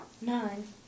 nine